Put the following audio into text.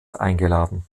eingeladen